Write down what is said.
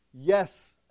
yes